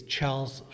Charles